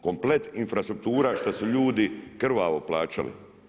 Komplet infrastruktura što su ljudi krvavo plaćali.